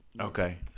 Okay